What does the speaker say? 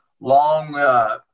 Long